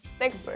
Next